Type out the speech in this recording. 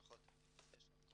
ברכות ויישר כח.